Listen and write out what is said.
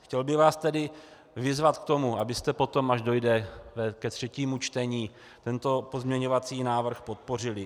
Chtěl bych vás tedy vyzvat k tomu, abyste potom, až dojde ke třetímu čtení, tento pozměňovací návrh podpořili.